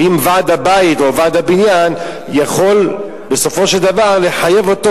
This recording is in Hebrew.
האם ועד הבית או ועד הבניין יכול בסופו של דבר לחייב אותו